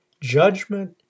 Judgment